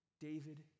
David